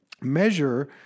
measure